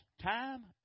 time